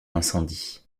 incendie